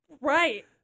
Right